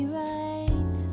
right